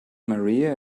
maria